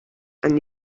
and